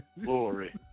Glory